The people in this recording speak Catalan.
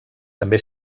també